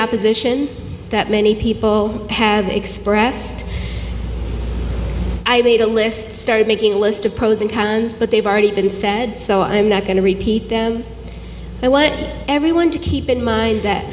opposition that many people have expressed i made a list started making a list of pros and cons but they've already been said so i'm not going to repeat them i want everyone to keep in mind that